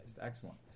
excellent